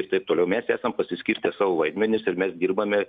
ir taip toliau mes esam pasiskirstę savo vaidmenis ir mes dirbame